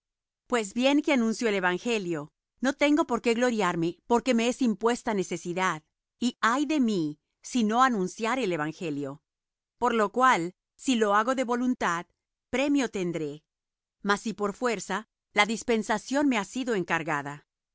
pues bien que anuncio el evangelio no tengo por qué gloriarme porque me es impuesta necesidad y ay de mí si no anunciare el evangelio por lo cual si lo hago de voluntad premio tendré mas si por fuerza la dispensación me ha sido encargada